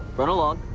run along!